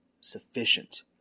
sufficient